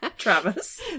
Travis